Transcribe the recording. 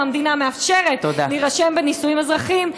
אם המדינה מאפשרת להירשם בנישואים אזרחיים,